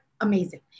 Amazing